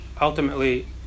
ultimately